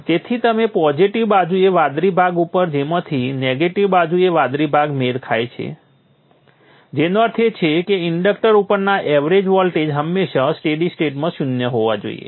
તેથી તમે પોઝિટિવ બાજુએ વાદળી ભાગ ઉપર જેમાંથી નેગેટિવ બાજુએ એક વાદળી ભાગ મેળ ખાય છે જેનો અર્થ એ છે કે ઇન્ડક્ટર ઉપરના એવરેજ વોલ્ટેજ હંમેશા સ્ટેડી સ્ટેટમાં શૂન્ય હોવા જોઈએ